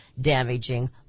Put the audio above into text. damaging